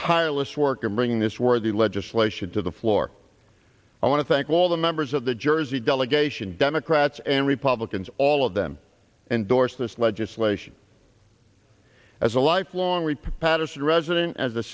tireless work in bringing this worthy legislation to the floor i want to thank all the members of the jersey delegation democrats and republicans all of them and doris this legislation as a lifelong reap patterson resident as the